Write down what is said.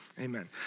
Amen